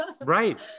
right